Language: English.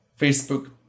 Facebook